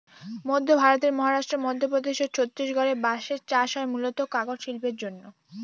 মধ্য ভারতের মহারাষ্ট্র, মধ্যপ্রদেশ ও ছত্তিশগড়ে বাঁশের চাষ হয় মূলতঃ কাগজ শিল্পের জন্যে